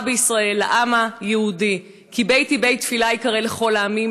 כי מדובר בסכסוך פנים-פלסטיני.